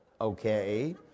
Okay